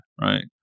right